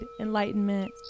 enlightenment